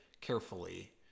carefully